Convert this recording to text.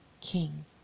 King